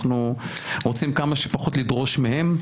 אנחנו רוצים כמה שפחות לדרוש מהם.